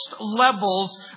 levels